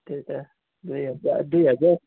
त्यही त दुई हजार दुई हजार